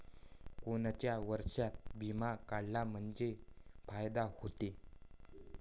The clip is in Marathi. कोनच्या वर्षापर्यंत बिमा काढला म्हंजे फायदा व्हते?